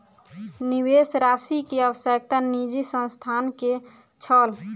निवेश राशि के आवश्यकता निजी संस्थान के छल